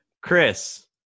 Chris